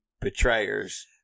betrayers